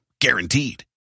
Guaranteed